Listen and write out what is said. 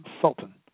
Sultan